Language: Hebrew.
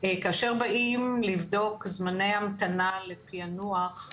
כאשר באים לבדוק זמני המתנה לפענוח,